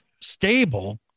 stable